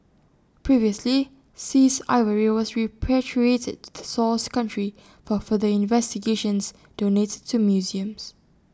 previously seized ivory was repatriated to the source country for further investigations donated to museums